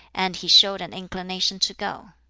and he showed an inclination to go.